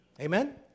Amen